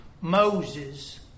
Moses